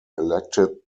elected